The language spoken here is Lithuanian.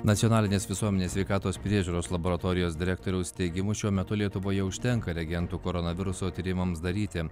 nacionalinės visuomenės sveikatos priežiūros laboratorijos direktoriaus teigimu šiuo metu lietuvoje užtenka reagentų koronaviruso tyrimams daryti